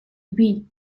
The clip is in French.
oui